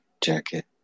jacket